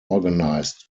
organized